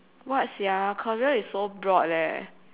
what sia career is so broad leh